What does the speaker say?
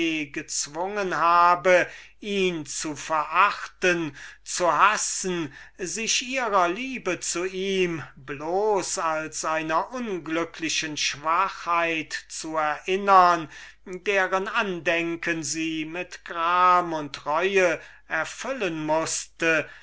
ihn zu verachten zu hassen sich der zärtlichkeit die er ihr eingeflößt niemals anders als wie einer unglücklichen schwachheit zu erinnern deren andenken sie mit gram und reue erfüllen